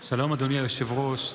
שלום, אדוני היושב-ראש.